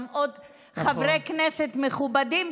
גם עוד חברי כנסת מכובדים,